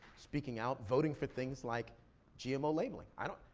speaking out, voting for things like gmo labeling. i don't,